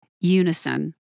unison